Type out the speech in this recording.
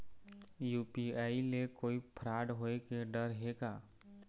UPI ले कोई fraud होए के डर हे का?